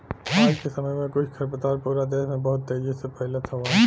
आज के समय में कुछ खरपतवार पूरा देस में बहुत तेजी से फइलत हउवन